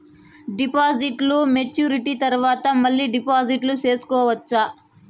డిపాజిట్లు మెచ్యూరిటీ తర్వాత మళ్ళీ డిపాజిట్లు సేసుకోవచ్చా?